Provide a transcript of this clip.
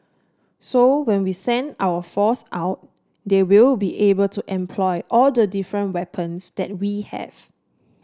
so when we send our force out they will be able to employ all the different weapons that we have